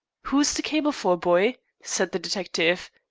who's the cable for, boy? said the detective.